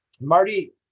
Marty